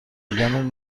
دیدن